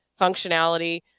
functionality